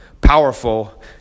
powerful